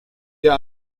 der